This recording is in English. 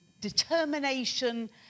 determination